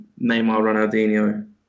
Neymar-Ronaldinho